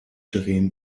drehen